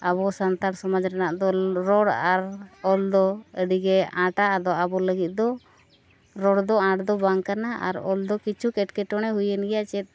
ᱟᱵᱚ ᱥᱟᱱᱛᱟᱲ ᱥᱚᱢᱟᱡᱽ ᱨᱮᱱᱟᱜ ᱫᱚ ᱨᱚᱲ ᱟᱨ ᱚᱞ ᱫᱚ ᱟᱹᱰᱤ ᱟᱸᱴᱟ ᱟᱫᱚ ᱟᱵᱚ ᱞᱟᱹᱜᱤᱫ ᱫᱚ ᱨᱚᱲ ᱫᱚ ᱟᱸᱴ ᱫᱚ ᱵᱟᱝ ᱠᱟᱱᱟ ᱟᱨ ᱚᱞ ᱫᱚ ᱠᱤᱪᱷᱩ ᱮᱴᱠᱮᱴᱚᱬᱮ ᱦᱩᱭᱮᱱ ᱜᱮᱭᱟ ᱪᱮᱫ